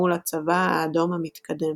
מול הצבא האדום המתקדם.